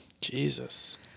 Jesus